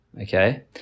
okay